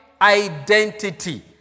identity